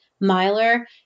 miler